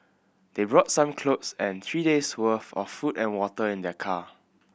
they brought some clothes and three days' worth of food and water in their car